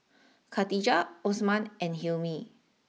Katijah Osman and Hilmi